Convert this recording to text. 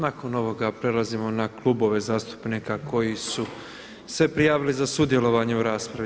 Nakon ovoga prelazimo na klubove zastupnika koji su se prijavili za sudjelovanje u raspravi.